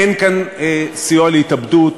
אין כאן סיוע להתאבדות,